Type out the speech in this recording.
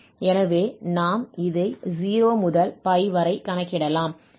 எனவே நாம் இதை 0 முதல் π வரை கணக்கிடலாம்